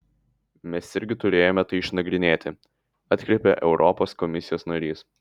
mes irgi turėjome tai išnagrinėti atkreipė europos komisijos narys